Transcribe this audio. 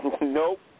Nope